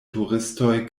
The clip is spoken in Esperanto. turistoj